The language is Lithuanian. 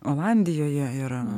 olandijoje yra